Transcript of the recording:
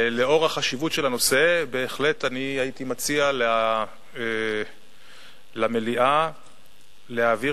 לאור חשיבות הנושא בהחלט הייתי מציע למליאה להעביר